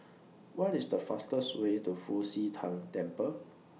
What IS The fastest Way to Fu Xi Tang Temple